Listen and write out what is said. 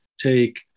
take